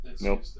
Nope